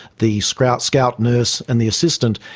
the scout scout nurse and the assistant,